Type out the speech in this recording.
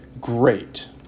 great